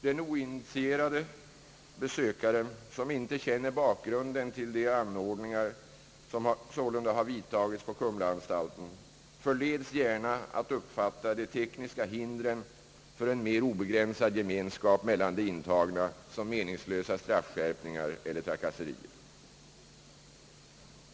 Den oinitierade besökaren, som inte känner bakgrunden till de anordningar som sålunda har vidtagits på Kumlaanstalten, förleds gärna att uppfatta de tekniska hindren för en mer obegränsad gemenskap mellan de intagna som meningslösa straffskärpningar eller trakasserier.